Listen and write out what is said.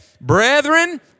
Brethren